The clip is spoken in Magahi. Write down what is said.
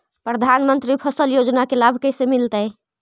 प्रधानमंत्री फसल योजना के लाभ कैसे मिलतै?